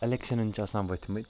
الٮ۪کشَنَن چھِ آسان ؤتھۍمٕتۍ